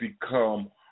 become